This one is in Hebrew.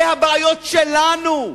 אלה הבעיות שלנו,